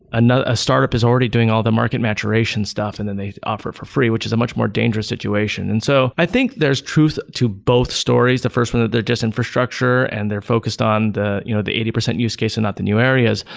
and a startup is already doing all the market maturation stuff and then they offer it for free, which is a much more dangerous situation. and so i think there's truth to both stories. the first one that they're just infrastructure and they're focused on the you know the eighty percent use case and not the new areas,